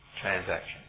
transaction